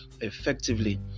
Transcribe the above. effectively